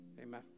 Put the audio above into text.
Amen